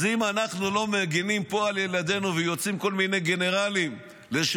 אז אם אנחנו לא מגינים פה על ילדינו ויוצאים כל מיני גנרלים לשעבר,